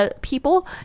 People